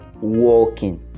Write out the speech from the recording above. walking